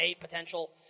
potential